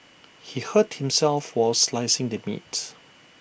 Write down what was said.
he hurt himself while slicing the meat